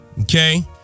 Okay